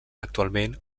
actualment